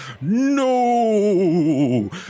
No